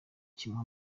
kimuhe